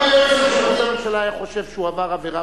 אם היועץ המשפטי לממשלה היה חושב שהוא עבר עבירה,